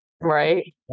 Right